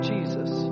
Jesus